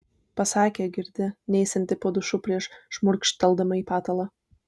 pasakė girdi neisianti po dušu prieš šmurkšteldama į patalą